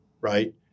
right